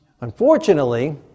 Unfortunately